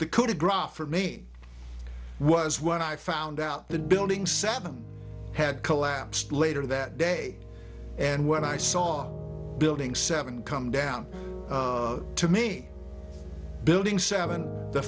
gras for me was when i found out the building seven had collapsed later that day and when i saw building seven come down to me building seven the